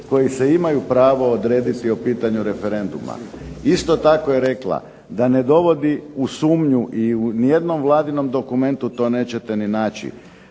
koji se imaju pravo odrediti o pitanju referenduma. Isto tako je rekla da ne dovodi u sumnju i u ni jednom Vladinom dokumentu to nećete ni naći.